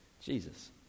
Jesus